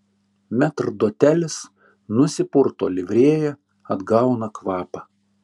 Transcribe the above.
metrdotelis nusipurto livrėją atgauna kvapą